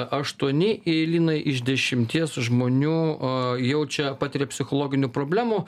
aštuoni linai iš dešimties žmonių jaučia patiria psichologinių problemų